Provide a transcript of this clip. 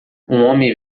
homem